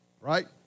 right